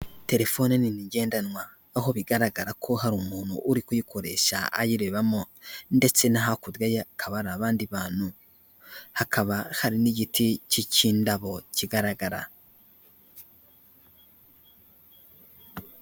Telefone nini ngendanwa, aho bigaragara ko hari umuntu uri kuyikoresha ayirebamo ndetse no hakurya ye hakaba hari abandi bantu, hakaba hari n'igiti cy'ikindabo kigaragara.